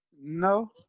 No